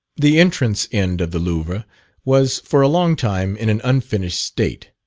the entrance end of the louvre was for a long time in an unfinished state,